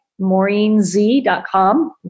maureenz.com